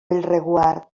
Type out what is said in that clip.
bellreguard